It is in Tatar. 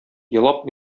елап